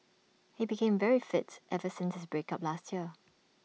he became very fit ever since break up last year